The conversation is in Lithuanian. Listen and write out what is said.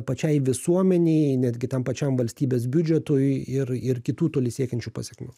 pačiai visuomenei netgi tam pačiam valstybės biudžetui ir ir kitų toli siekiančių pasekmių